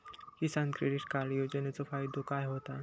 किसान credit card योजनेचो फायदो काय होता?